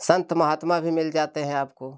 संत महात्मा भी मिल जातें हैं आपको